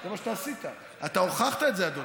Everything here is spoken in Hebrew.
זה מה שאתה עשית, אתה הוכחת את זה, אדוני.